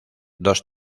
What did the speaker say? dos